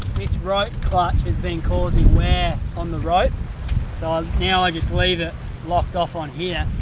this rope clutch has been causing wear on the rope, so um now i just leave it locked off on here.